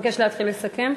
אבקש להתחיל לסכם.